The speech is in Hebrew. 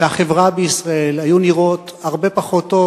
והחברה בישראל היו נראות הרבה פחות טוב